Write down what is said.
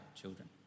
children